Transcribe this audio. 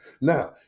Now